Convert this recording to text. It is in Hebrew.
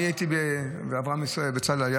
אברהם ישראל בצלאל,